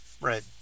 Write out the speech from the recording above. Right